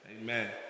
Amen